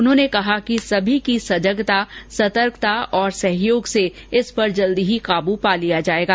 उन्होंने कहा कि सभी की सजगता सतर्कता और सहयोग से इस पर जल्दी काबू पा लिया जायेगा